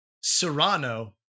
Serrano